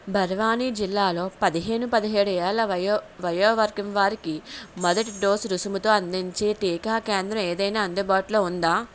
బర్వాణి జిల్లాలో పదిహేను పదిహేడు ఏళ్ళ వయో వయోవర్గం వారికి మొదటి డోసు రుసుముతో అందించే టీకా కేంద్రం ఏదైనా అందుబాటులో ఉందా